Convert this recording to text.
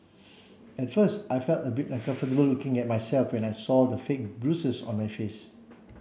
at first I felt a bit uncomfortable looking at myself when I saw the fake bruises on my face